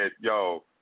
Yo